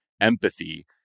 empathy